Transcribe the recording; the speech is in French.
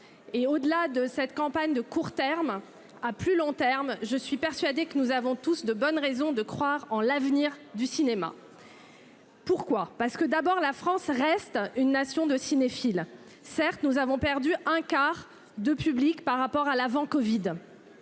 au-delà de cette campagne de court terme, à plus long terme, je suis persuadé que nous avons tous de bonnes raisons de croire en l'avenir du cinéma. Pourquoi, parce que d'abord, la France reste une nation de cinéphiles, certes, nous avons perdu un quart de public par rapport à l'avant-Covid